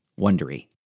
wondery